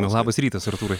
labas rytas artūrai